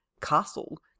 castle